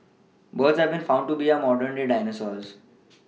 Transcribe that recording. birds have been found to be our modern day dinosaurs